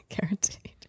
Guaranteed